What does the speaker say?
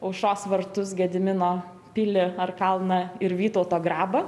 aušros vartus gedimino pilį ar kalną ir vytauto grabą